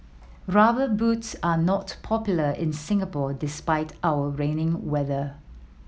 Rubber Boots are not popular in Singapore despite our rainy weather